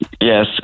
Yes